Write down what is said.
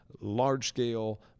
large-scale